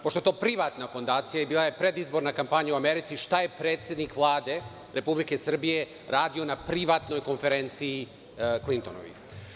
Pošto je to privatna fondacija i bila je predizborna kampanja u Americi, šta je predsednik Vlade Republike Srbije radio na privatnoj konferenciji Klintonovih?